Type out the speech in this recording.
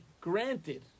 Granted